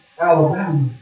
Alabama